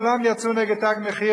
כולם יצאו נגד "תג מחיר",